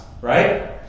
right